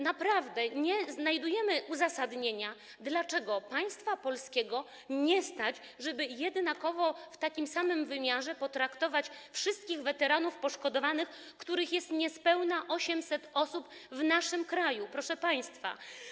Naprawdę nie znajdujemy uzasadnienia, dlaczego państwa polskiego nie stać, żeby jednakowo, w takim samym wymiarze potraktować wszystkich weteranów poszkodowanych, których jest niespełna 800 w naszym kraju, proszę państwa.